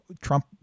Trump